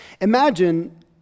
Imagine